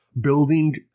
Building